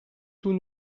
tout